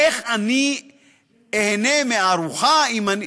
איך אני איהנה מארוחה אם אני,